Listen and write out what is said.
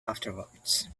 afterwards